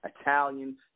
italian